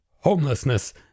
homelessness